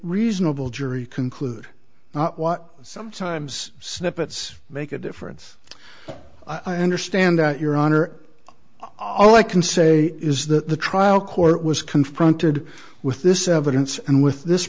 reasonable jury conclude not what sometimes snippets make a difference i understand your honor all i can say is that the trial court was confronted with this evidence and with this